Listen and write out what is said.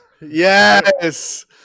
Yes